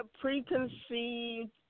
preconceived